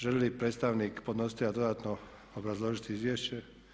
Želi li predstavnik podnositelja dodatno obrazložiti izvješće?